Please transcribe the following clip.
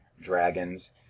dragons